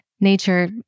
nature